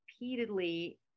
repeatedly